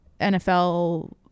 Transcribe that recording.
nfl